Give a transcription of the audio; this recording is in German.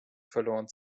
verloren